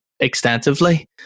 extensively